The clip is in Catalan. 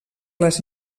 les